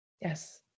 Yes